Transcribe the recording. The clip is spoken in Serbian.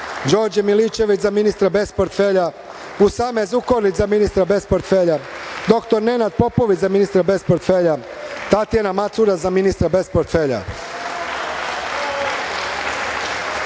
Đorđe Milićević, za ministra bez portfelja; Usame Zukorlić, za ministra bez portfelja; dr Nenad Popović, za ministra bez portfelja i Tatjana Macura, za ministra bez portfelja. Poštovani